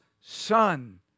Son